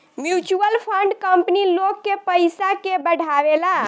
mutual fund company लोग के पयिसा के बढ़ावेला